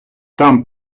там